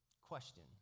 Question